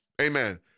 amen